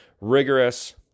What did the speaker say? rigorous